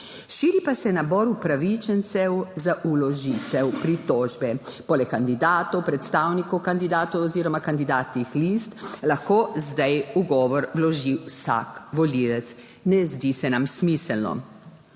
Širi pa se nabor upravičencev za vložitev pritožbe, poleg kandidatov, predstavnikov kandidatov oziroma kandidatnih list lahko zdaj ugovor vloži vsak volivec. Ne zdi se nam smiselno.